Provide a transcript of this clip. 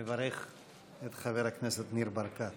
מברך את חבר הכנסת ניר ברקת.